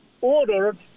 ordered